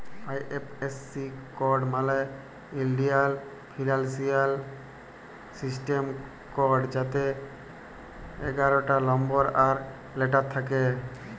IFSC code মালে ইলডিয়াল financial system code যাতে এগারটা লম্বর আর লেটার থ্যাকে